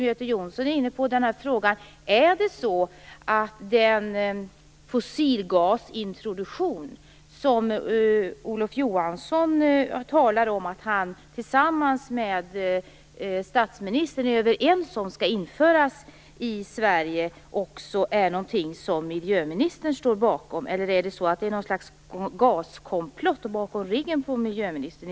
Göte Jonsson var inne på denna fråga: Står också miljöministern bakom den fossilgasintroduktion som Olof Johansson säger att han och statsministern är överens om? Eller är det något slags gaskomplott bakom ryggen på miljöministern?